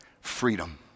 freedom